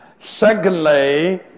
Secondly